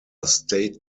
state